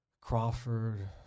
Crawford